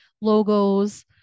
logos